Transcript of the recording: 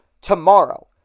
tomorrow